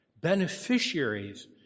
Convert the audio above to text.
beneficiaries